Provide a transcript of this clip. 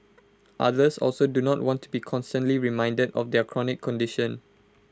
others also do not want to be constantly reminded of their chronic condition